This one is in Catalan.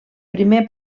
primer